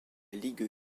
ligue